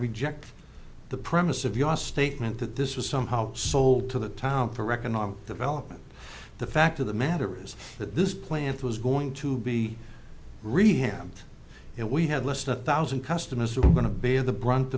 reject the premise of your statement that this was somehow sold to the town for economic development the fact of the matter is that this plant was going to be really him and we had less the thousand customers are going to bear the brunt